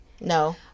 No